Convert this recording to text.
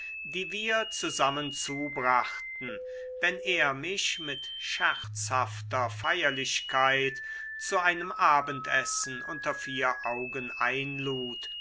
die wir zusammen zubrachten wenn er mich mit scherzhafter feierlichkeit zu einem abendessen unter vier augen einlud